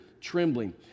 trembling